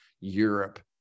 Europe